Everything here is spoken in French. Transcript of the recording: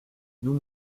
nous